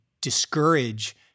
discourage